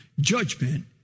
Judgment